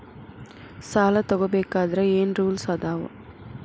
ಸಾಲ ತಗೋ ಬೇಕಾದ್ರೆ ಏನ್ ರೂಲ್ಸ್ ಅದಾವ?